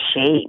shape